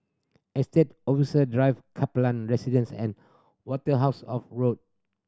Estate Officer Drive Kaplan Residence and Waterhouse of Road